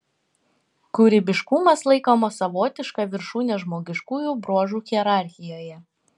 kūrybiškumas laikomas savotiška viršūne žmogiškųjų bruožų hierarchijoje